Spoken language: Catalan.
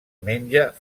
menja